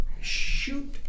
Shoot